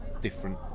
different